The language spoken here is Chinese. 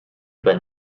日本